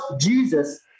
Jesus